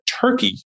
turkey